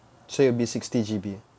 so it will be sixty G_B